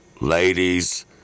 ladies